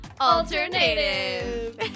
Alternative